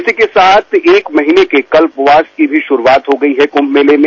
इसी के साथ एक महीने के कल्पवास की शुरूआत हो गई है कुंम मेले में